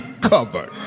covered